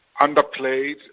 underplayed